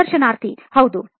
ಸಂದರ್ಶನಾರ್ಥಿಹೌದು